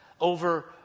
over